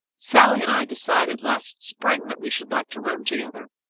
sallie and i decided last spring that we should like to room together,